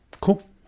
Cool